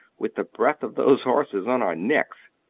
with the breath of those horses on our necks.